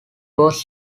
was